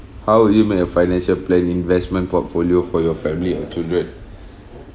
how would you make your financial plan investment portfolio for your family and children